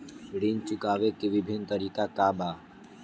ऋण चुकावे के विभिन्न तरीका का बा?